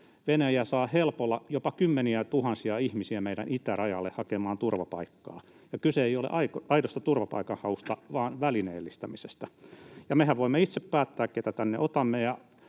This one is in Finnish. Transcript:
Venäjä saa helpolla jopa kymmeniätuhansia ihmisiä meidän itärajalle hakemaan turvapaikkaa, ja kyse ei ole aidosta turvapaikanhausta vaan välineellistämisestä. Mehän voimme itse päättää, keitä tänne otamme,